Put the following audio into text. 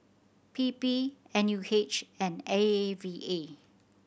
P P N U H and A A V A